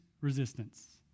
resistance